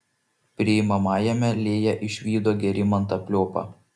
priimamajame lėja išvydo gerimantą pliopą